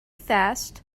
fast